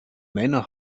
männer